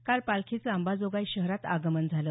काल पालखीचं अंबाजोगाई शहरात आगमन झालं